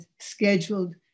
scheduled